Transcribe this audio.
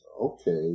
okay